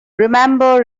remember